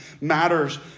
matters